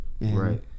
Right